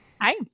Hi